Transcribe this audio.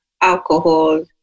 alcohol